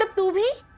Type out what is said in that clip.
ah movie